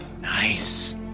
Nice